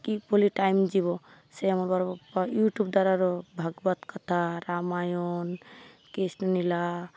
କି ବୋଲି ଟାଇମ୍ ଯିବ ସେ ଆମ ବଡ଼ବାପା ୟୁଟ୍ୟୁବ୍ ଦ୍ୱାରର ଭାଗବତ କଥା ରାମାୟଣ କୃଷ୍ଣ ଲିଳା